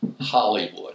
Hollywood